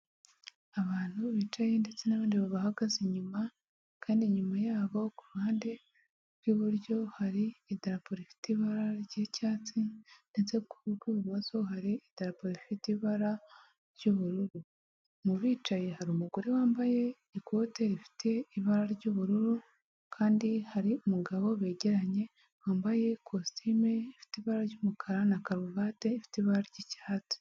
Abantu bicaye ndetse n'bandi bahagaze inyuma, kandi inyuma yabo kurundi ruhande rw'iburyo hari idarapo rifite ibara ry'icyatsi ndetse ku urw'imoso hari itapi rifite ibara ry'ubururu, mu bicaye hari umugore wambaye ikote rifite ibara ry'ubururu kandi hari umugabo begeranye wambaye ikositimu ifite ibara ry'umukara na karuvati ifite ibara ry'icyatsi.